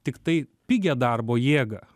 tiktai pigią darbo jėgą